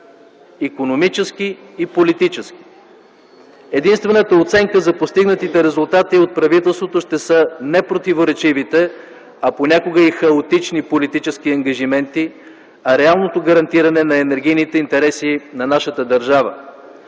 Единствената оценка за постигнатите резултати от правителството ще са не противоречивите, понякога и хаотични политически ангажименти, а реалното гарантиране на енергийните интереси на нашата държава.